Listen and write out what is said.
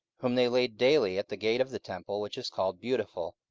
whom they laid daily at the gate of the temple which is called beautiful,